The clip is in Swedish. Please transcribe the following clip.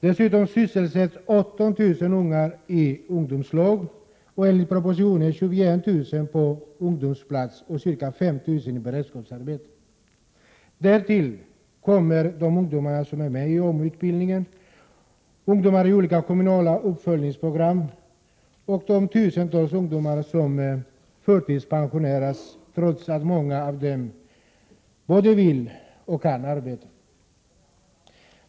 Dessutom sysselsätts 18 000 ungdomar i ungdomslag och enligt propositio kommer de ungdomar som är med i AMU-utbildning, ungdomar i olika kommunala uppföljningsprogram och de tusentals ungdomar som förtidspensioneras trots att många av dem både vill och kan arbeta.